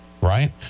Right